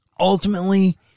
Ultimately